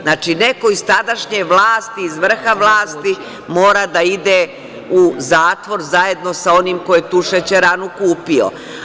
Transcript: Znači, neko iz tadašnje vlasti, iz vrha vlasti mora da ide u zatvor, zajedno sa onim ko je tu šećeranu kupio.